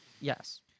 Yes